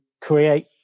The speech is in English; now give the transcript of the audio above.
create